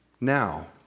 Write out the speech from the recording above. Now